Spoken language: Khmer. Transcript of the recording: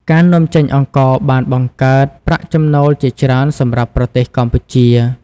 ការនាំចេញអង្ករបានបង្កើតប្រាក់ចំណូលជាច្រើនសម្រាប់ប្រទេសកម្ពុជា។